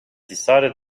decided